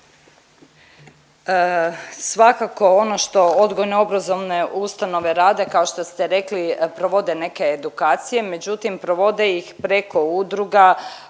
Svakako ono što odgojno obrazovne ustanove rade kao što ste rekli provode neke edukacije, međutim provode ih preko udruga